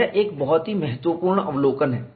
यह एक बहुत ही महत्वपूर्ण अवलोकन है